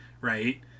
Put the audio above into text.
right